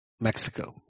Mexico